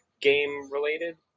game-related